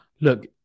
Look